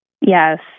Yes